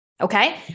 Okay